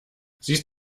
siehst